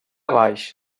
baix